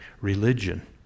religion